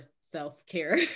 self-care